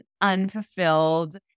unfulfilled